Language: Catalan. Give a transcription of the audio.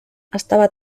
estava